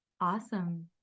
Awesome